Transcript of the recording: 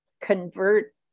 convert